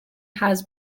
has